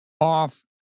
off